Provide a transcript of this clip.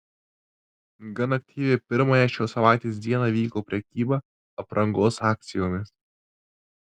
gan aktyviai pirmąją šios savaitės dieną vyko prekyba aprangos akcijomis